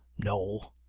no!